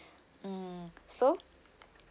mm so